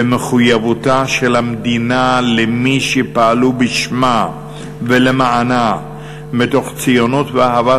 ומחויבותה של המדינה למי שפעלו בשמה ולמענה מתוך ציונות ואהבת